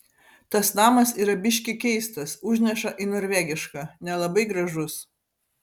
tas namas yra biški keistas užneša į norvegišką nelabai gražus